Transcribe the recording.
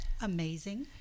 Amazing